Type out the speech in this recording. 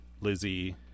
lizzie